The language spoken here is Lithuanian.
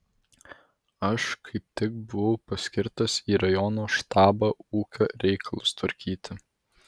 aš kaip tik buvau paskirtas į rajono štabą ūkio reikalus tvarkyti